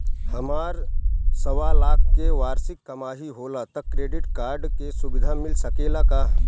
हमार सवालाख के वार्षिक कमाई होला त क्रेडिट कार्ड के सुविधा मिल सकेला का?